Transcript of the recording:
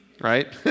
Right